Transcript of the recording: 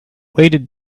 weighted